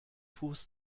fuß